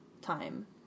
time